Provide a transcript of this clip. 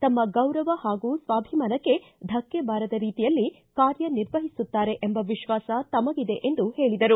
ತಮ್ಮ ಗೌರವ ಹಾಗೂ ಸ್ವಾಭಿಮಾನಕ್ಕೆ ಧಕ್ಕೆ ಬಾರದ ರೀತಿಯಲ್ಲಿ ಕಾರ್ಯ ನಿರ್ವಹಿಸುತ್ತಾರೆ ಎಂಬ ವಿಶ್ವಾಸ ತಮಗಿದೆ ಎಂದು ಹೇಳಿದರು